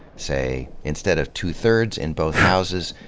say, instead of two thirds in both houses,